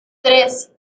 tres